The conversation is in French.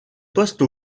poste